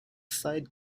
side